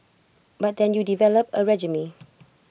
but then you develop A regime